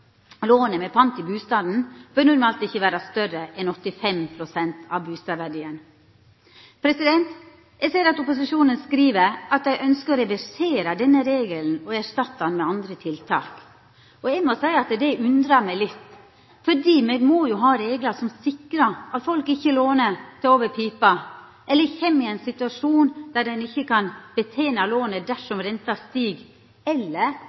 at lånet, med pant i bustaden, normalt ikkje bør vera større enn 85 pst. av bustadverdien. Eg ser at opposisjonen skriv at dei ønskjer å reversera denne regelen og erstatta han med andre tiltak. Eg må seia det undrar meg litt, for me må jo ha reglar som sikrar at folk ikkje låner til over pipa eller kjem i ein situasjon der ein ikkje kan betena lånet dersom renta stig, eller